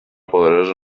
poderosa